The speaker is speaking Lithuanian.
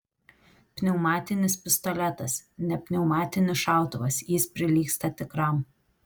pneumatinis pistoletas ne pneumatinis šautuvas jis prilygsta tikram